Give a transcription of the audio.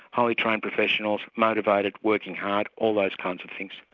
highly trained professionals, motivated, working hard, all those kinds of things.